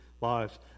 lives